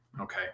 okay